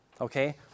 Okay